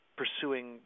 pursuing